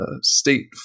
state